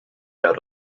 out